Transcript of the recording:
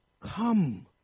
come